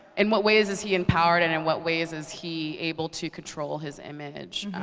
in what ways is he empowered, and in what ways is he able to control his image?